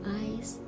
eyes